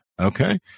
Okay